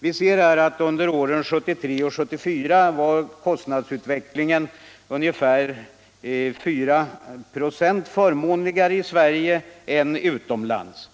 Vi ser att under åren 1973 och 1974 var kostnadsutvecklingen ungefär 4 96 förmånligare i Sverige än utomlands.